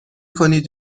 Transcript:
کنید